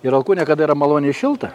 ir alkūne kada maloniai šilta